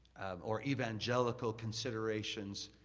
or evangelical considerations